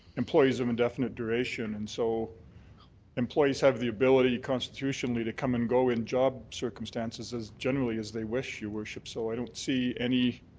employees of indefinite duration, and so employees have the ability constitutionally to come and go in job circumstances generally as they wish, your worship, so i don't see any